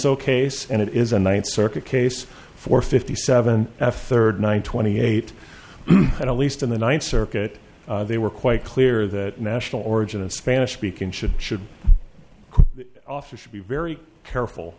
so case and it is a ninth circuit case for fifty seven f thirty nine twenty eight and a least in the ninth circuit they were quite clear that national origin and spanish speaking should should offer should be very careful